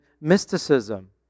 mysticism